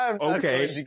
Okay